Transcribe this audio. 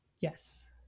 Yes